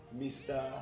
mr